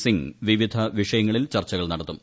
സിംഗ് വിവിധ വിഷയങ്ങളിൽ ചർച്ചകൾ നടത്തും